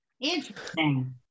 Interesting